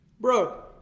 Bro